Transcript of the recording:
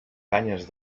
canyes